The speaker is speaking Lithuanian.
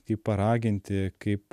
kaip paraginti kaip